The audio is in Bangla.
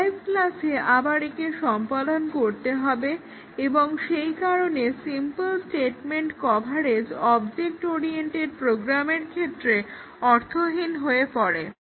ডিরাইভড ক্লাসে আবার একে সম্পাদন করতে হবে এবং সেই কারণে simple statement coverage object oriented প্রোগ্রামের ক্ষেত্রে অর্থহীন হয়ে পরে